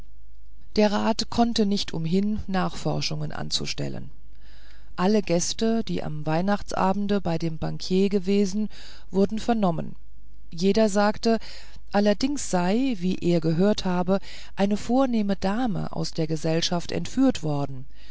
der rat konnte nicht umhin nachforschungen anzustellen alle gäste die am weihnachtsabende bei dem bankier gewesen wurden vernommen jeder sagte allerdings sei wie er gehört habe eine vornehme dame aus der gesellschaft entführt worden